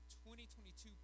2022